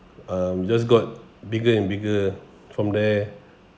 um just got bigger and bigger from there